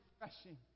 refreshing